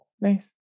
Nice